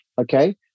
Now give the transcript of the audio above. Okay